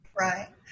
right